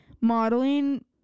modeling